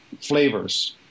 flavors